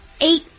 eight